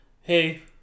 hey